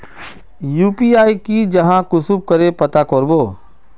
UPI की जाहा कुंसम करे पता करबो?